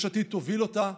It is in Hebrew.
יש עתיד תוביל אותה,